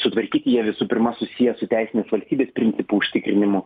sutvarkyti jie visų pirma susiję su teisinės valstybės principų užtikrinimu